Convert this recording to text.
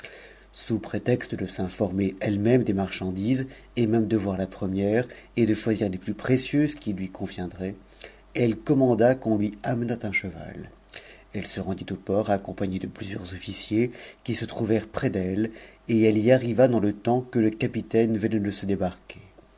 sous prétexte de s intonner elle-même des marchandises et même de voir la première et de choisit tes plus précieuses qui lui conviendraient elle commanda qu'on ni amenât un cheval elle se rendit au port accompagnée de plusieurs noiciprs qui se trouvèrent près d'elle et elle y arriva dans le temps que c opita ne venait de se